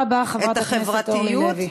תודה רבה, חברת הכנסת אורלי לוי.